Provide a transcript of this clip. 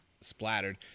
splattered